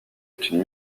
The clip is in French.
études